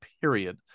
period